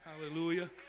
Hallelujah